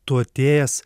tu atėjęs